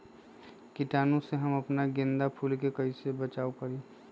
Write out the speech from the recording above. कीटाणु से हम अपना गेंदा फूल के बचाओ कई से करी?